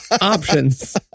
options